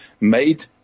made